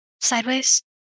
sideways